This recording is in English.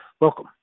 welcome